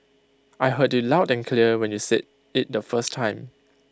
I heard you loud and clear when you said IT the first time